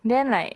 then like